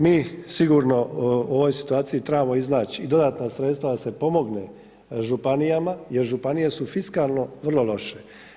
Mi sigurno u ovoj situaciji trebamo iznaći i dodatna sredstva da se pomogne županijama, jer županije su fiskalno vrlo loše.